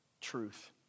truth